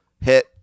hit